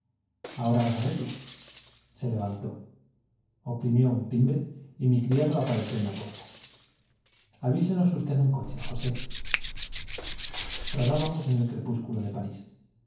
ahora vas á verlo se levantó oprimió un la puerta timbre y mi criado apareció en avísenos usted un coche josé rodábamos en el crepúsculo de parís